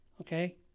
okay